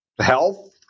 health